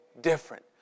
different